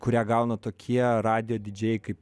kurią gauna tokie radijo didžėjai kaip